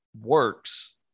works